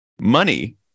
money